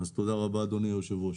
תודה רבה, אדוני היושב-ראש.